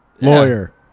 lawyer